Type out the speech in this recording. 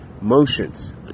motions